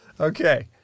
Okay